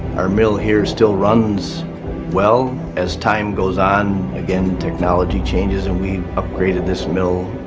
our mill here still runs well. as time goes on, again, technology changes and we've upgraded this mill.